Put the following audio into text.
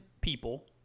people